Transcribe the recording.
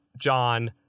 John